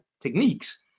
techniques